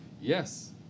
Yes